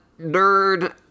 nerd